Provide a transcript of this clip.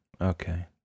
Okay